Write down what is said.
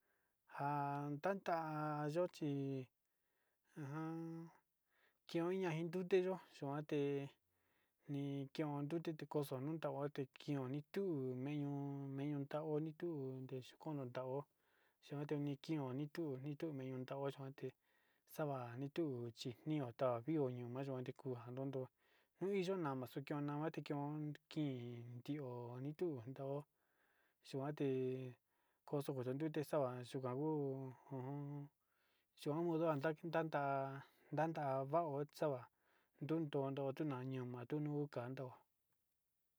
Njan tan tan yochi ajan keo ña'a iin tute yo'o choande ni keon ndutete koxo nuu onte kión, nii tuu ni ño'ó ni ñóo ta oni tu nixakoninda xhean toni tioni kuni tuu nimo yuante xa'a nituu xua viko ñuu mani kionjan tondó niyonama xuayate keon kii kioni, tundo xuate oxo nuku ndute xo'a yukan nguo ojon chukunda ndan nanda ndatan ndao kuxava nundoto tuu nañon, natunuu kando.